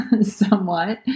somewhat